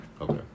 Okay